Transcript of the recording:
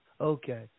Okay